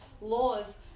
laws